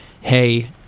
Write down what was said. hey